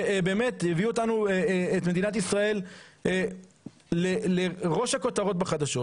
שבאמת הביא את מדינת ישראל לראש הכותרות בחדשות